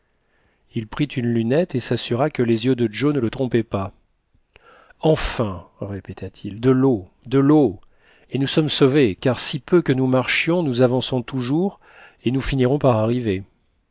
il prit une lunette et s'assura que les yeux de joe ne le trompaient pas enfin répéta-t-il de l'eau de l'eau et nous sommes sauvés car si peu que nous marchions nous avançons toujours et nous finirons par arriver